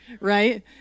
right